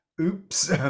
oops